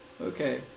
Okay